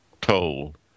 told